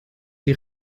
die